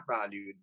value